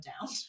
down